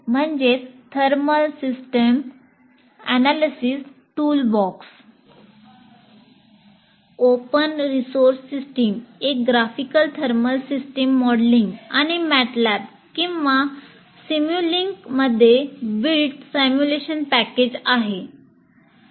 TSAT thermal system analysis toolbox open source system एक graphical thermal system modelling आणि MATLAB किंवा सिमुलिंकमध्ये तयार सिम्युलेशन पॅकेज आहे